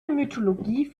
mythologie